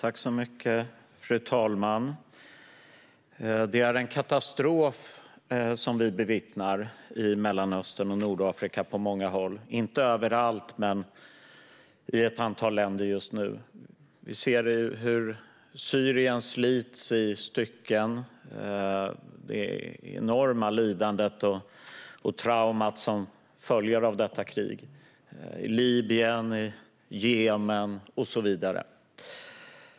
Fru talman! Det är en katastrof som vi just nu bevittnar på många håll i Mellanöstern och Nordafrika, inte överallt men i ett antal länder. Vi ser hur Syrien slits i stycken och det enorma lidande och trauma som följer av kriget. Det är krig i Libyen, Jemen och så vidare.